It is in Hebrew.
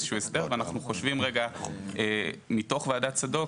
אנחנו באים לעצב איזשהו הסדר ואנחנו חושבים רגע מתוך ועדת צדוק,